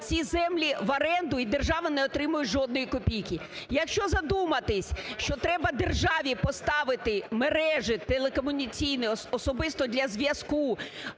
ці землі в оренду і держава не отримує жодної копійки. Якщо задуматися, що треба державі поставити мережі телекомунікаційні особисто для зв'язку